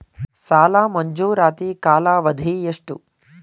ಸಾಲ ಮಂಜೂರಾತಿ ಕಾಲಾವಧಿ ಎಷ್ಟು?